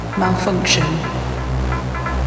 malfunction